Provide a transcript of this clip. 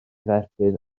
dderbyn